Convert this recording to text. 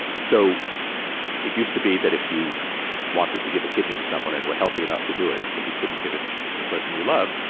so it used to be that if you wanted to give a kidney to someone and were healthy enough to do it but you couldn't give it to the person you love,